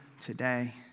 today